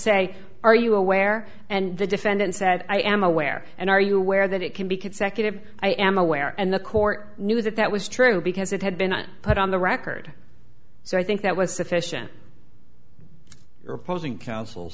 say are you aware and the defendant said i am aware and are you aware that it can be consecutive i am aware and the court knew that that was true because it had been put on the record so i think that was sufficient you're opposing counsel